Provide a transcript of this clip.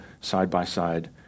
side-by-side